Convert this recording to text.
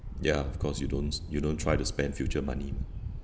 ya of course you don't you don't try to spend future money